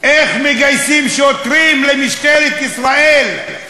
איך מגייסים שוטרים למשטרת ישראל?